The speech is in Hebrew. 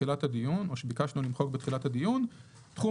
בתחילת הדיון או שביקשנו למחוק בתחילת הדיון.